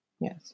Yes